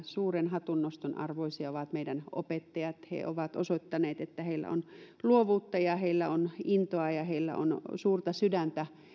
suuren hatunnoston arvoisia meidän opettajat he ovat osoittaneet että heillä on luovuutta ja heillä on intoa ja heillä on suurta sydäntä